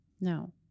No